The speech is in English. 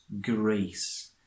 grace